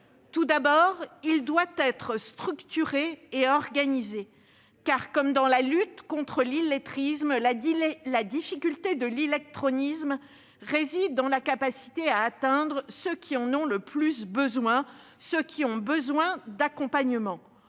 Tout d'abord, ce service doit être structuré et organisé. Car, comme dans la lutte contre l'illettrisme, la difficulté de l'illectronisme réside dans la capacité à atteindre ceux qui en ont le plus besoin et qui nécessitent un accompagnement.